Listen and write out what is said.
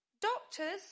Doctors